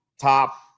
top